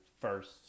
First